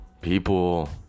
people